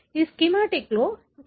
ఈ స్కీమాటిక్లో ఇక్కడ చూపబడినది ఇదే